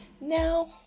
now